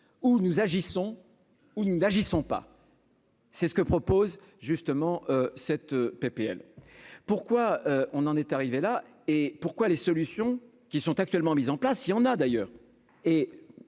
où nous agissons où nous n'agissons pas. C'est ce que propose justement cette PPL pourquoi on en est arrivé là et pourquoi les solutions qui sont actuellement mises en place, il y en a d'ailleurs